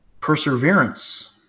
Perseverance